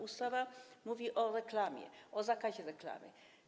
Ustawa mówi o reklamie, o zakazie reklamy.